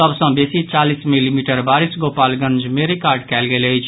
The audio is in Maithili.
सभ सँ बेसी चालीस मिलीमीटर बारिश गोपालगंज मे रिकॉर्ड कयल गेल अछि